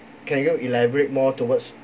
can you elaborate more towards